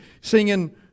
Singing